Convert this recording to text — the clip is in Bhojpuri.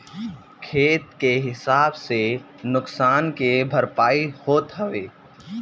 खेत के हिसाब से नुकसान के भरपाई होत हवे